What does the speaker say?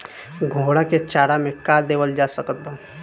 घोड़ा के चारा मे का देवल जा सकत बा?